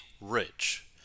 rich